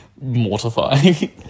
mortifying